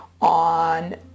on